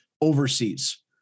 overseas